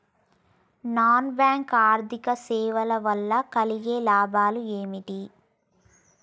Non bank ఆర్థిక సేవల వల్ల కలిగే లాభాలు ఏమిటి?